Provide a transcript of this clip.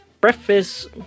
breakfast